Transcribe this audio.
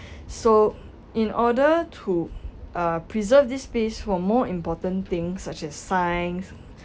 so in order to uh preserve this space for more important things such as science